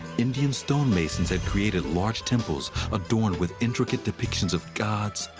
indian stonemasons had created large temples adorned with intricate depictions of gods,